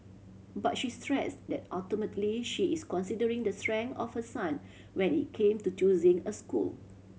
but she stressed that ultimately she is considering the strength of her son when it came to choosing a school